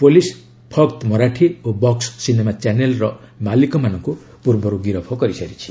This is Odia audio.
ପୋଲିସ୍ ଫକ୍ତ ମରାଠି ଓ ବକ୍ସ ସିନେମା ଚ୍ୟାନେଲ୍ର ମାଲିକମାନଙ୍କୁ ପୂର୍ବରୁ ଗିରଫ କରିସାରିଛି